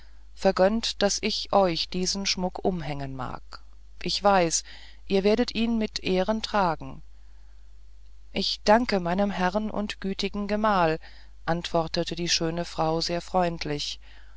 vergönnt daß ich euch diesen schmuck umhängen mag ich weiß ihr werdet ihn mit ehren tragen ich danke meinem herrn und gütigen gemahl antwortete die schöne frau sehr freundlich